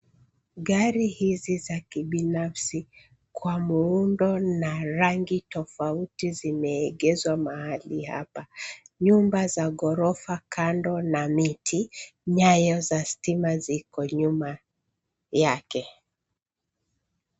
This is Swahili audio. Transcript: Gari hizi za kibinafsi kwa muundo na rangi tofauti zimeegeshwa mahali hapa. Nyumba za ghorofa kando na miti. Nyaya za stima ziko nyuma yake.